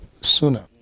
sooner